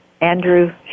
Andrew